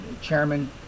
chairman